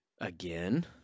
Again